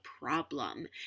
problem